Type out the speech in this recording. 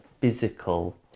physical